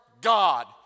God